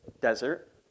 Desert